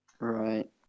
Right